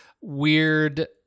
weird